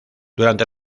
durante